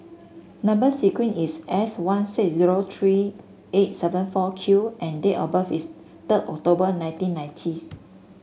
number sequence is S one six zero three eight seven four Q and date of birth is third October nineteen ninety